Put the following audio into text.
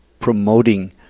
promoting